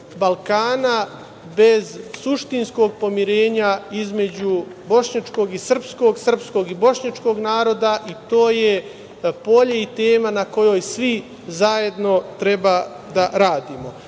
Balkana bez suštinskog pomirenja između bošnjačkog i srpskog AKAnaroda i to je polje i tema na kojoj svi zajedno treba da radimo. Takođe,